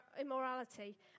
immorality